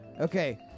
Okay